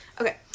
okay